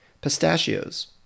Pistachios